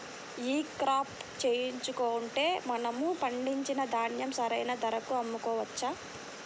ఈ క్రాప చేయించుకుంటే మనము పండించిన ధాన్యం సరైన ధరకు అమ్మవచ్చా?